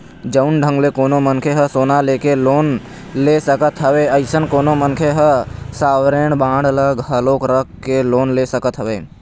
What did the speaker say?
जउन ढंग ले कोनो मनखे ह सोना लेके लोन ले सकत हवय अइसन कोनो मनखे ह सॉवरेन बांड ल घलोक रख के लोन ले सकत हवय